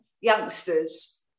youngsters